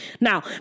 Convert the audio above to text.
Now